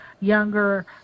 younger